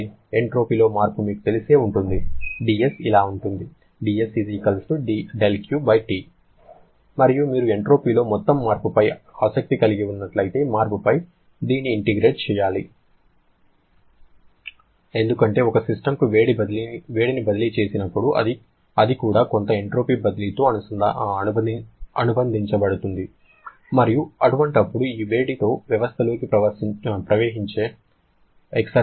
ఎంట్రోపీలో మార్పు మీకు తెలుసే ఉంటుంది dS ఇలా ఉంటుంది మరియు మీరు ఎంట్రోపీలో మొత్తం మార్పుపై ఆసక్తి కలిగి ఉన్నట్లయితే మార్పుపై దీన్ని ఇంటిగ్రేట్ చేయాలి ఎందుకంటే ఒక సిస్టమ్కు వేడిని బదిలీ చేసినప్పుడు అది కూడా కొంత ఎంట్రోపీ బదిలీతో అనుబంధించబడుతుంది మరియు అటువంటప్పుడు ఈ వేడితో వ్యవస్థలోకి ప్రవహించే ఎక్సర్జి ఎంత